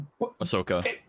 Ahsoka